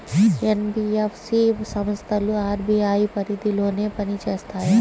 NBFC సంస్థలు RBI పరిధిలోనే పని చేస్తాయా?